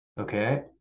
Okay